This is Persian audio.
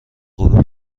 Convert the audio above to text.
غروب